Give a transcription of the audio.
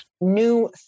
new